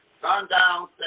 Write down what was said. sundown